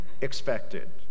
expected